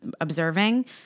observing